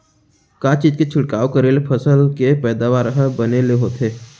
का चीज के छिड़काव करें ले फसल के पैदावार ह बने ले होथे?